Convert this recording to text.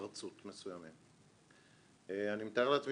דרך אגב,